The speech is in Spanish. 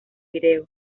vídeo